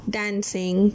dancing